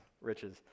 riches